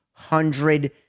hundred